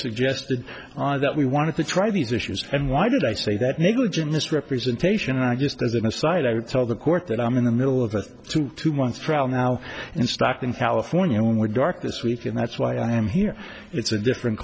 suggested that we wanted to try these issues and why did i say that negligent misrepresentation i just as an aside i would tell the court that i'm in the middle of a two it's trial now in stockton california where dark this week and that's why i'm here it's a different